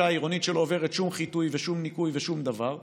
העירונית שלא עוברת שום חיטוי ושום ניקוי ושום דבר.